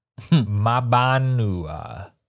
Mabanua